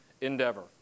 endeavor